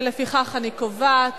לפיכך, אני קובעת